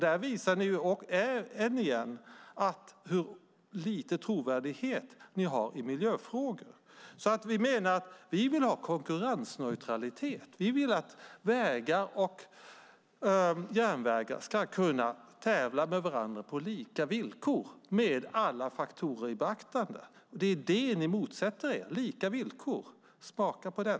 Där visar ni återigen hur lite trovärdighet ni har i miljöfrågor. Vi vill ha konkurrensneutralitet. Vi vill att vägar och järnvägar ska kunna tävla med varandra på lika villkor med alla faktorer i beaktande. Det är det ni motsätter er, lika villkor. Smaka på den!